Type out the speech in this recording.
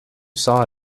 saw